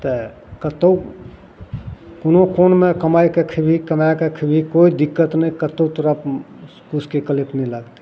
तऽ कतहु कोनो कोनमे कमैके खएबही कमैके खएबही कोइ दिक्कत नहि कतहु तोहरा ओ कुशके कलेप नहि लागतै